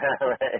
right